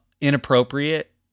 inappropriate